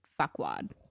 fuckwad